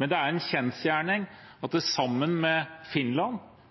Men det er en kjensgjerning at